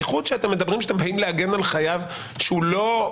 בייחוד כשאתם מדברים שאתם באים להגן על חייב שלא מודע.